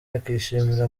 akishimira